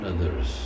others